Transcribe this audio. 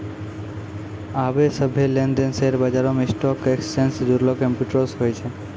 आबे सभ्भे लेन देन शेयर बजारो मे स्टॉक एक्सचेंज से जुड़लो कंप्यूटरो से होय छै